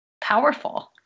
powerful